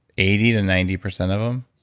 eighty to ninety percent of them?